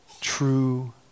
true